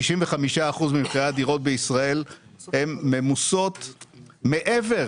55% ממחירי הדירות בישראל הם ממוסים מעבר